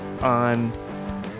on